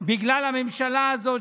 בגלל הממשלה הזאת.